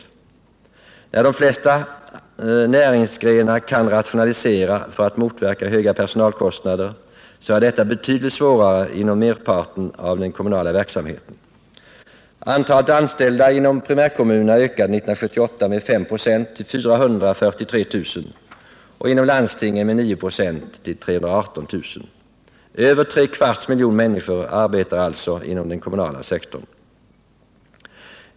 Medan de flesta näringsgrenar kan rationalisera för att motverka höga personalkostnader, är detta betydligt svårare inom merparten av den kommunala verksamheten. Antalet anställda inom primärkommunerna ökade 1978 med 5 96 till 443 000 och inom landstingen med 9 9 till 318 000. Över tre kvarts miljon människor arbetar alltså inom den kommunala sektorn.